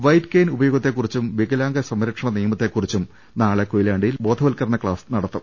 white cane ഉപയോഗത്തെ കുറിച്ചും വികലാംഗ സംരക്ഷണ നിയമത്തെ കുറിച്ചും നാളെ കൊയിലാണ്ടിയിൽ ബോധവൽക്കരണ ക്ലാസ് നടത്തും